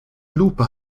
lupe